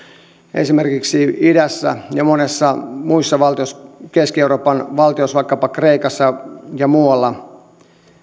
esimerkiksi idässä ja monessa muussa valtiossa keski euroopan valtioissa vaikkapa kreikassa ja muualla